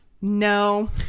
no